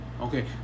okay